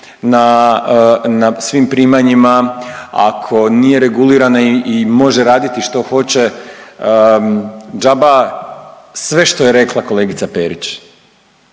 na svim primanjima, ako nije regulirana i može raditi što hoće džaba sve što je rekla kolegica Perić